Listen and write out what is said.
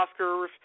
Oscars